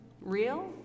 real